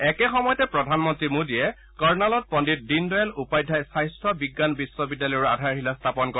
একে সময়তে প্ৰধানমন্ত্ৰী মোদীয়ে কৰ্ণালত পণ্ডিত দীনদয়াল উপাধ্যায় স্বাস্থ্য বিজ্ঞান বিশ্ববিদ্যালয়ৰো আধাৰশিলা স্থাপন কৰে